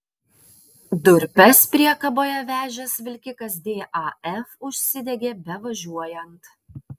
durpes priekaboje vežęs vilkikas daf užsidegė bevažiuojant